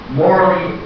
morally